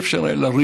לא היה אפשר לריב.